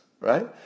right